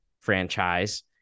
franchise